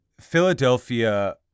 Philadelphia